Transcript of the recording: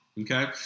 Okay